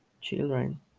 children